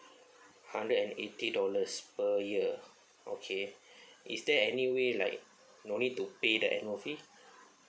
hundred and eighty dollars per year okay is there any way like no need to pay that annual fee